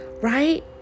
Right